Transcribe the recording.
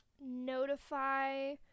notify